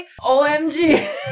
OMG